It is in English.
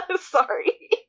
Sorry